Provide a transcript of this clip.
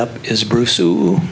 up is bruce to